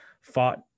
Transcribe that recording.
fought